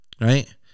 Right